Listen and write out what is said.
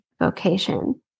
vocation